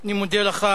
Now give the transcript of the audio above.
אני מודה לך.